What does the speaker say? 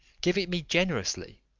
give it me generously.